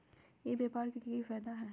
ई व्यापार के की की फायदा है?